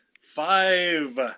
five